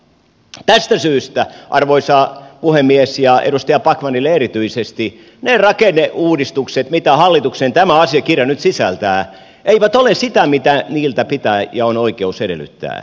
tästä syystä arvoisa puhemies ja edustaja backmanille erityisesti ne rakenneuudistukset mitä hallituksen tämä asiakirja nyt sisältää eivät ole sitä mitä niiltä pitää ja on oikeus edellyttää